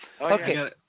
okay